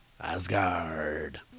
Asgard